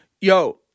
Yo